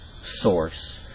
source